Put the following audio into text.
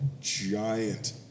giant